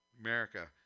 America